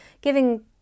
giving